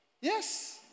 yes